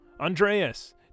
Andreas